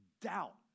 doubt